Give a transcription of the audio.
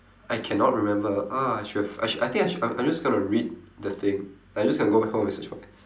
I cannot remember ah I should've I shou~ I think I should've I'm just going to read the thing I'm just going to go back home and search for it